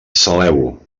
saleu